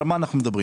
על מה אנו מדברים